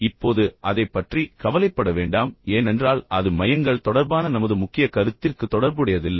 இப்போது அதைப் பற்றி கவலைப்பட வேண்டாம் ஏனென்றால் அது மையங்கள் தொடர்பான நமது முக்கிய கருத்திற்கு தொடர்புடையதில்லை